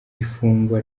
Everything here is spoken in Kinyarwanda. ifungwa